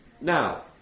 Now